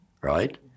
right